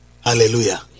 Hallelujah